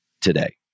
today